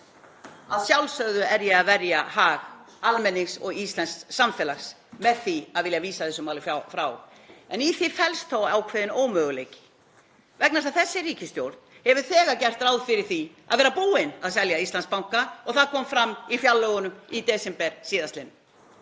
Að sjálfsögðu er ég að verja hag almennings og íslensks samfélags með því að vilja vísa þessu máli frá. En í því felst þó ákveðinn ómöguleiki vegna þess að þessi ríkisstjórn hefur þegar gert ráð fyrir því að vera búin að selja Íslandsbanka og það kom fram í fjárlögunum í desember síðastliðnum.